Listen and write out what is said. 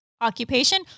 occupation